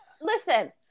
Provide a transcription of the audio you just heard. listen